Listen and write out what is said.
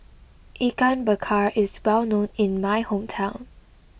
Ikan Bakar is well known in my hometown